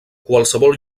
qualsevol